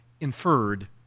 inferred